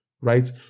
right